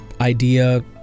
idea